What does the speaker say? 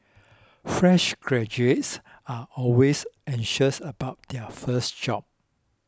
fresh graduates are always anxious about their first job